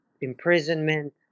imprisonment